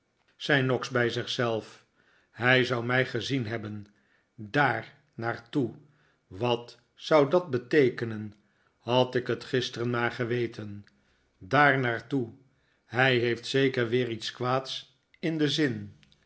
noggs bij zich zelf hij zou mij gezien hebben d a a r naar toe wat zou dat beteekenen had ik het gisteren maar geweten d a a r naar toe hij heeft zeker weer iqts kwaads in den zin